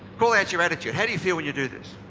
call that your attitude. how do you feel when you do this?